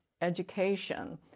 education